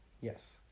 Yes